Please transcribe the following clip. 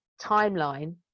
timeline